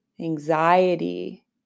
anxiety